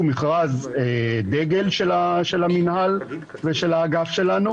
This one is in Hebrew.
הוא מכרז דגל של המינהל ושל האגף שלנו.